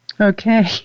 Okay